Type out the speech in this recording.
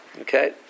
Okay